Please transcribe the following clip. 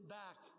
back